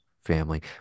family